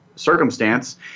Circumstance